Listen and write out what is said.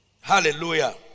Hallelujah